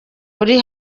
uri